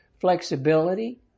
Flexibility